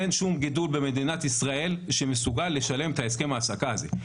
אין שום גידול במדינת ישראל שמסוגל לשלם את הסכם ההעסקה הזה,